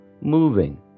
moving